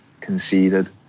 conceded